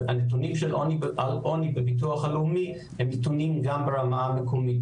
הנתונים על עוני בביטוח הלאומי הם נתונים גם ברמה המקומית,